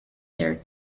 their